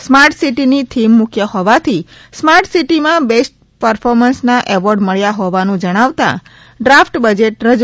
smart સિટીની થીમ મુખ્ય હોવાથી સ્માર્ટ સિટીમાં બેસ્ટે પર્ફોમન્સના એવોર્ડ મબ્યા હોવાનું જણાવતાં ડ્રાફ્ટ બજેટ રજૂ કર્યું હતું